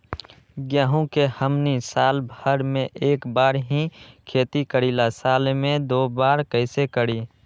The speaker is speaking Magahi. गेंहू के हमनी साल भर मे एक बार ही खेती करीला साल में दो बार कैसे करी?